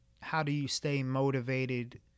how-do-you-stay-motivated